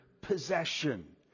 possession